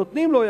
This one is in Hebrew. זה שנותנים לו,